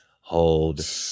hold